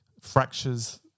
fractures